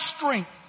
strength